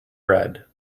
bread